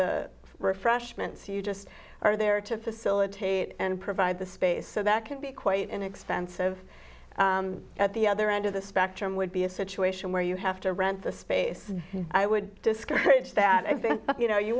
the refreshments you just are there to facilitate and provide the space so that can be quite inexpensive at the other end of the spectrum would be a situation where you have to rent the space i would discourage that i've been you know you